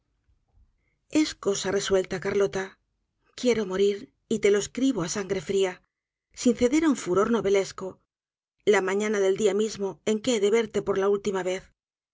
es cosa resuelta carlota quiero morir y te lo escribo á sangre fria sin ceder á un furor novelesco la mañana del dia mismo en que he de verte por la última vez